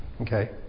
Okay